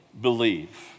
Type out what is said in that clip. believe